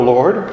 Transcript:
Lord